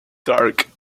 dark